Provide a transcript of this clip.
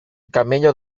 camello